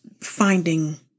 finding